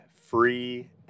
free